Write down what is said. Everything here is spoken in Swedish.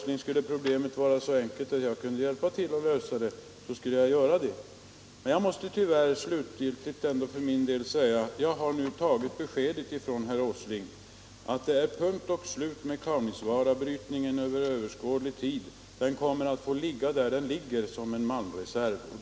Men, herr Åsling, om problemet vore så enkelt att jag kunde hjälpa till att lösa det, så skulle jag gärna göra det. Jag måste dock tyvärr slutgiltigt säga att jag har tolkat herr Åslings besked så, att det för överskådlig tid nu är punkt och slut med planerna för malmbrytningen i Kaunisvaara. Malmen kommer att få ligga där den ligger som en reserv.